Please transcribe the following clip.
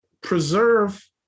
preserve